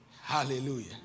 Hallelujah